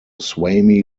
swami